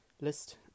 list